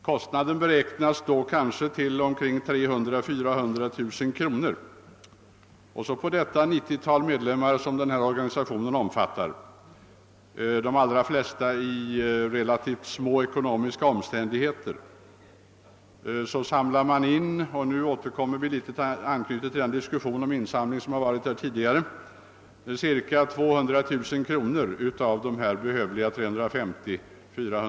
Kostnaderna härför har beräknats till 300 000 å 400 000 kronor. Organisationens cirka 90 medlemmar lever i de flesta fall i relativt små ekonomiska omständigheter men har ändå samlat in — och nu anknyter jag till den insamlingsdiskussion som förts tidigare — ca 200 000 kronor av det behövliga beloppet.